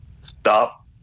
stop